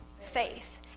faith